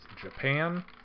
Japan